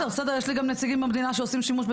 גם נציגים בשירות המדינה שעושים שימוש גם